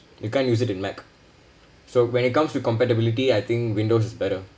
you can't use it in mac so when it comes to compatibility I think windows is better